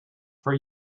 for